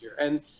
And-